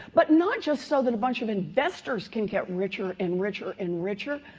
but not just so that a bunch of investors can get richer and richer and richer.